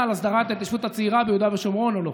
על הסדרת ההתיישבות הצעירה ביהודה ושומרון או לא.